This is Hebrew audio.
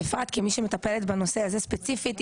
של המוסד לביטוח לאומי רוצה להתייחס לזה?